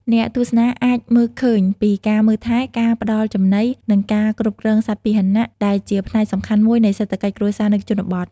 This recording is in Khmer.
អ្នកទស្សនាអាចមើលឃើញពីការមើលថែ ការផ្តល់ចំណី និងការគ្រប់គ្រងសត្វពាហនៈ ដែលជាផ្នែកសំខាន់មួយនៃសេដ្ឋកិច្ចគ្រួសារនៅជនបទ។